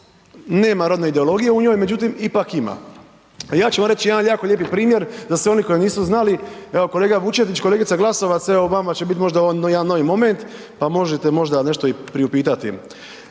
nema rodne ideologije u njoj, međutim ipak ima. A ja ću vam reć jedan jako lijepi primjer za sve one koji nisu znali, evo kolega Vučetić, kolegica Glasovac evo vama će bit možda ovo jedan novi moment, pa možete možda nešto i priupitati.